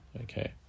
Okay